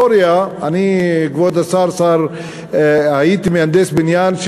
כבוד השר, אני הייתי מהנדס בניין.